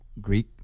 Greek